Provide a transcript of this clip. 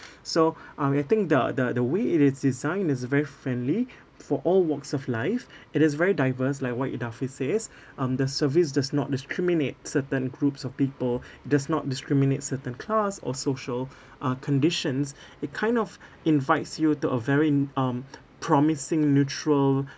so uh I think the the the way it is designed is very friendly for all walks of life it is very diverse like what idafi says um the service does not discriminate certain groups of people does not discriminate certain class or social uh conditions it kind of invites you to a very um promising neutral